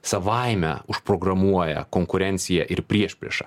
savaime užprogramuoja konkurenciją ir priešpriešą